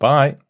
Bye